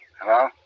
hello